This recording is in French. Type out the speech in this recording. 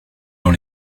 dans